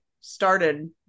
started